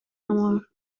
amor